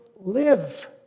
live